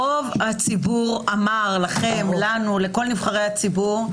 רוב הציבור אמר לכם, לנו, לכל נבחרי הציבור: